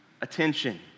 Attention